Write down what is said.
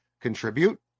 contribute